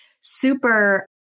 super